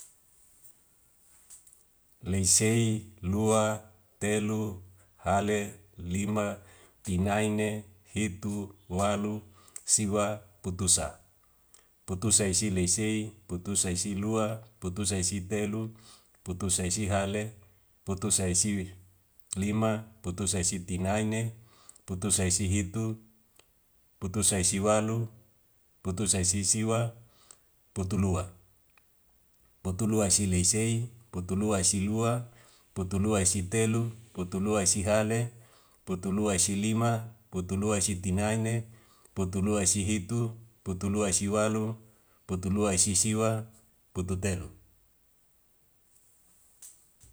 Leisei, lua, telu, hale, lima, tinaine, hitu, walu, siwa, putusa. Putusaisi laise, putusaisi lua, putusaisi telu, putusaisi hale, putusaisi lima, putusaisi tinaine, putusaisi hitu, putusaisi walu, putusaisi siwa, putulua. Putuluaisi leisei, putuluaisi lua, putuluaisi telu, putuluaisi hale, putuluaisi lima, putuluaisi tinaine, putuluaisi hitu, putuluaisi walu, putuluaisi siwa, pututelu.